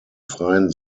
freien